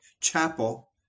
Chapel